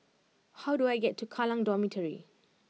how do I get to Kallang Dormitory